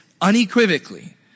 unequivocally